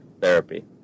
therapy